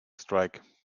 strike